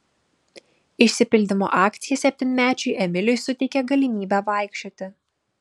išsipildymo akcija septynmečiui emiliui suteikė galimybę vaikščioti